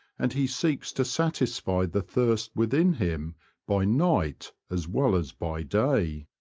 and he seeks to satisfy the thirst within him by night as well as by day.